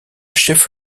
chef